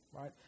right